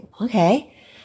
okay